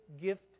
gift